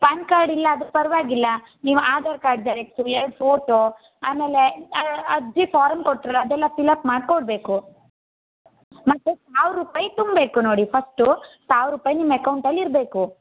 PAN card ಇಲ್ಲ ಆದರೆ ಪರವಾಗಿಲ್ಲ ನೀವು ಆಧಾರ್ ಕಾರ್ಡ್ ಜೆರಾಕ್ಸು ಎರಡು ಫೋಟೋ ಆಮೇಲೆ ಆ ಅರ್ಜಿ ಫಾರ್ಮ್ ಕೊಟ್ಟರಲ್ಲ ಅದೆಲ್ಲ ಫಿಲ್ ಅಪ್ ಮಾಡ್ಕೊಡ್ಬೇಕು ಮತ್ತು ಸಾವಿರ ರೂಪಾಯಿ ತುಂಬಬೇಕು ನೋಡಿ ಫಸ್ಟು ಸಾವಿರ ರೂಪಾಯಿ ನಿಮ್ಮ ಅಕೌಂಟಲ್ಲಿ ಇರಬೇಕು